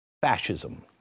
fascism